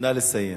נא לסיים.